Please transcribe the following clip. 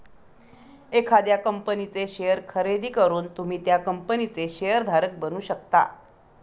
एखाद्या कंपनीचे शेअर खरेदी करून तुम्ही त्या कंपनीचे शेअर धारक बनू शकता